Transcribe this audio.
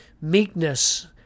Meekness